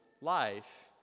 life